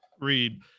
read